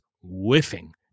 whiffing